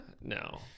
No